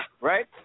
right